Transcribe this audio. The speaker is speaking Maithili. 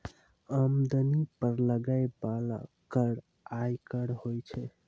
आमदनी पर लगै बाला कर आयकर होय छै